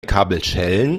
kabelschellen